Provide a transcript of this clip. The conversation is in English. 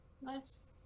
Nice